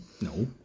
no